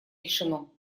решено